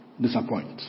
disappoint